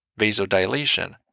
vasodilation